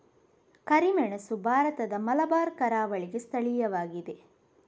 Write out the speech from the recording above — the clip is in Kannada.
ಕರಿಮೆಣಸು ಭಾರತದ ಮಲಬಾರ್ ಕರಾವಳಿಗೆ ಸ್ಥಳೀಯವಾಗಿದೆ